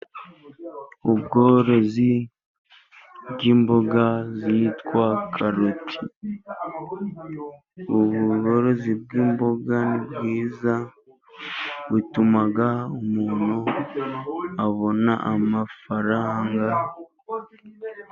Ubworozi bw'mboga zitwa karoti . Ubworozi bw'imboga ni bwiza ,butuma umuntu abona amafaranga.